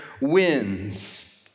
wins